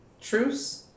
truce